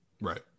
right